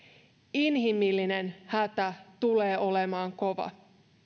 inhimillinen hätä tulee olemaan kova